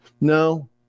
No